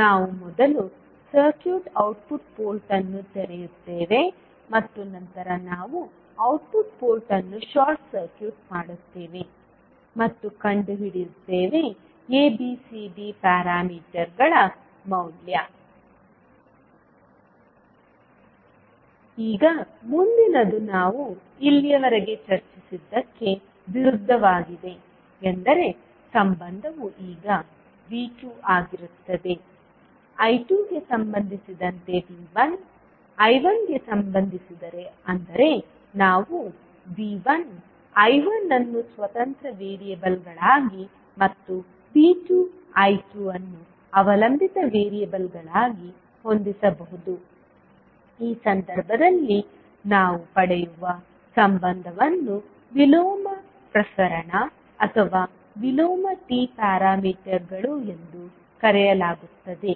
ನಾವು ಮೊದಲು circuit output port ಅನ್ನು ತೆರೆಯುತ್ತೇವೆ ಮತ್ತು ನಂತರ ನಾವು ಔಟ್ಪುಟ್ ಪೋರ್ಟ್ ಅನ್ನು ಶಾರ್ಟ್ ಸರ್ಕ್ಯೂಟ್ ಮಾಡುತ್ತೇವೆ ಮತ್ತು ಕಂಡುಹಿಡಿಯುತ್ತೇವೆ ABCD ಪ್ಯಾರಾಮೀಟರ್ಗಳ ಮೌಲ್ಯ ಈಗ ಮುಂದಿನದು ನಾವು ಇಲ್ಲಿಯವರೆಗೆ ಚರ್ಚಿಸಿದ್ದಕ್ಕೆ ವಿರುದ್ಧವಾಗಿದೆ ಎಂದರೆ ಸಂಬಂಧವು ಈಗ V2 ಆಗಿರುತ್ತದೆ I2 ಗೆ ಸಂಬಂಧಿಸಿದಂತೆ V1 I1 ಗೆ ಸಂಬಂಧಿಸಿದೆ ಅಂದರೆ ನಾವು V1 I1 ಅನ್ನು ಸ್ವತಂತ್ರ ವೇರಿಯಬಲ್ಗಳಾಗಿ ಮತ್ತು V2 I2 ಅನ್ನು ಅವಲಂಬಿತ ವೇರಿಯಬಲ್ಗಳಾಗಿ ಹೊಂದಿಸಬಹುದು ಆ ಸಂದರ್ಭದಲ್ಲಿ ನಾವು ಪಡೆಯುವ ಸಂಬಂಧವನ್ನು ವಿಲೋಮ ಪ್ರಸರಣ ಅಥವಾ ವಿಲೋಮ T ಪ್ಯಾರಾಮೀಟರ್ಗಳು ಎಂದು ಕರೆಯಲಾಗುತ್ತದೆ